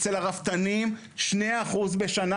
אצל הרפתנים מורידים ב-2% בשנה,